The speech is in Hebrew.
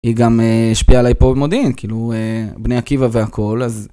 היא גם השפיעה עליי פה במודיעין, בני עקיבא והכל.